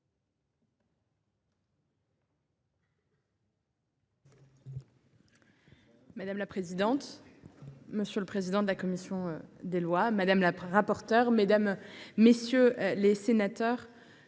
Madame la présidente, monsieur le président de la commission des lois, madame la rapporteure, mesdames, messieurs les sénateurs,